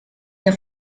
que